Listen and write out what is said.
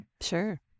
sure